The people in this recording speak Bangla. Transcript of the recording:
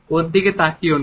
ওর দিকে তাকিয়ো না